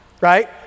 right